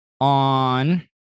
on